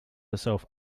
herself